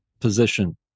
position